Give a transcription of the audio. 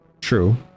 True